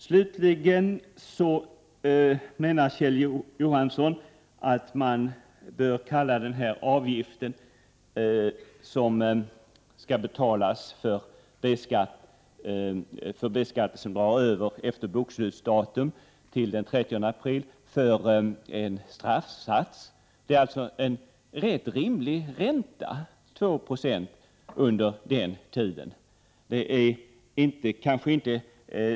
Slutligen menar Kjell Johansson att man bör kalla den avgift som skall betalas för B-skatter som drar över efter bokslutsdatum till den 30 april en straffsats, medan jag menar att 2 76 är en rätt rimlig ränta.